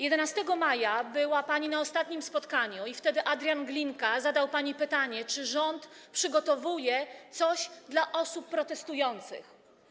11 maja była pani na ostatnim spotkaniu i wtedy Adrian Glinka zadał pani pytanie, czy rząd przygotowuje coś dla osób protestujących.